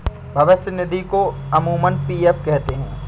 भविष्य निधि को अमूमन पी.एफ कहते हैं